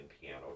piano